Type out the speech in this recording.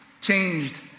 changed